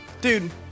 Dude